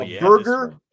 burger